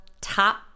top